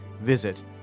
Visit